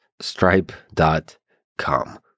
stripe.com